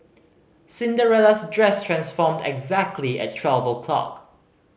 Cinderella's dress transformed exactly at twelve o'clock